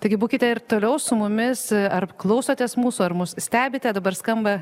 taigi būkite ir toliau su mumis ar klausotės mūsų ar mus stebite dabar skamba